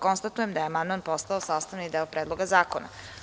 Konstatujem da je amandman postao sastavni deo Predloga zakona.